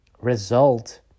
result